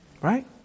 Right